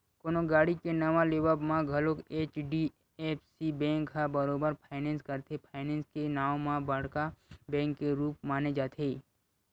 कोनो गाड़ी के नवा लेवब म घलोक एच.डी.एफ.सी बेंक ह बरोबर फायनेंस करथे, फायनेंस के नांव म बड़का बेंक के रुप माने जाथे